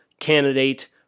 candidate